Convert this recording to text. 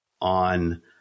on